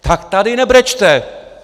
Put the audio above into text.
Tak tady nebrečte!